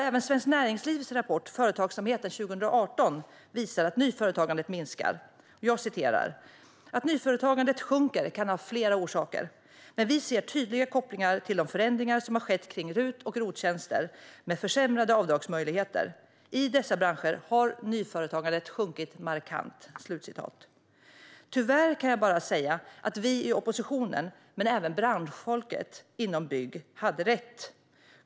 Även Svenskt Näringslivs rapport Företagsamheten 2018 visar att nyföretagandet minskar: "Att nyföretagandet sjunker kan ha flera orsaker. Men vi ser tydliga kopplingar till de förändringar som har skett kring RUT och ROT-tjänster med försämrade avdragsmöjligheter. I dessa branscher har nyföretagandet sjunkit markant." Tyvärr fick vi i oppositionen och branschfolket inom bygg rätt.